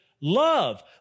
love